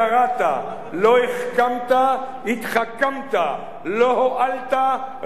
לא החכמת, התחכמת, לא הועלת, רק הזקת.